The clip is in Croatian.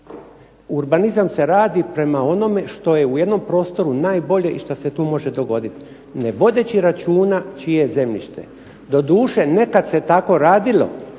Urbanizam se radi prema onome što je u jednom prostoru najbolje i što se tu može dogoditi ne vodeći računa čije je zemljište. Doduše nekad se tako radilo